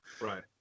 Right